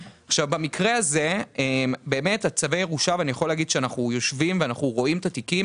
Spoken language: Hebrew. במקרה הזה ואני יכול להגיד שאנחנו יושבים ואנחנו רואים את התיקים